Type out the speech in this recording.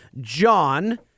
John